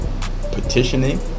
petitioning